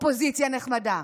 אופוזיציה נחמדה.